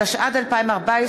התשע"ד 2014,